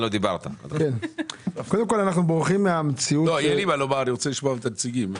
יהיה לי מה לומר אבל אני רוצה לשמוע את הנציגים.